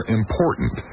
important